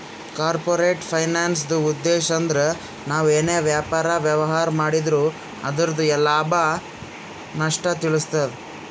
corporate ಫೈನಾನ್ಸ್ದುಉದ್ಧೇಶ್ ಅಂದ್ರ ನಾವ್ ಏನೇ ವ್ಯಾಪಾರ, ವ್ಯವಹಾರ್ ಮಾಡಿದ್ರು ಅದುರ್ದು ಎಲ್ಲಾ ಲಾಭ, ನಷ್ಟ ತಿಳಸ್ತಾದ